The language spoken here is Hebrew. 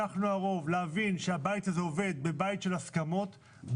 להבין שהבית הזה עובד כבית של הבנות,